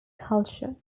culture